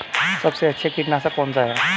सबसे अच्छा कीटनाशक कौन सा है?